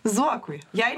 zuokui jei